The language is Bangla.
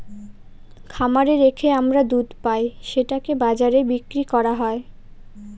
খামারে রেখে আমরা দুধ পাই সেটাকে বাজারে বিক্রি করা হয়